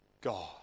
God